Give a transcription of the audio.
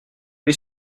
les